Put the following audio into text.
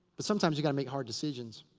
but sometimes you gotta make hard decisions.